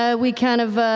ah we kind of